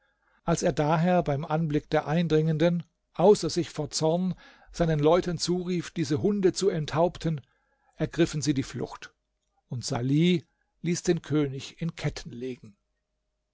als er daher beim anblick der eindringenden außer sich vor zorn seinen leuten zurief diese hunde zu enthaupten ergriffen sie die flucht und salih ließ den könig in ketten legen